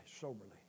soberly